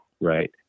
Right